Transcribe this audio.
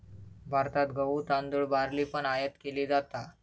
भारतात गहु, तांदुळ, बार्ली पण आयात केली जाता